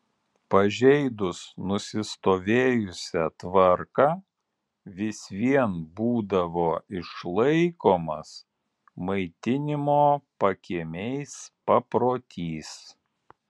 pažeidus nusistovėjusią tvarką vis vien būdavo išlaikomas maitinimo pakiemiais paprotys